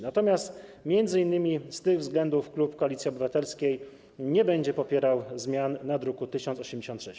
Natomiast m.in. z tych względów klub Koalicji Obywatelskiej nie będzie popierał zmian z druku nr 1086.